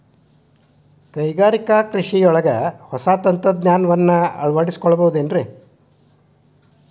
ಕೈಗಾರಿಕಾ ಕೃಷಿಯಾಗ ಹೊಸ ತಂತ್ರಜ್ಞಾನವನ್ನ ಅಳವಡಿಸಿಕೊಳ್ಳಬಹುದೇನ್ರೇ?